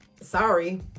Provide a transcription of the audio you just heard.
sorry